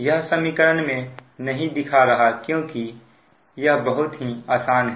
यह समीकरण में नहीं दिखा रहा क्योंकि यह बहुत ही आसान है